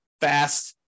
fast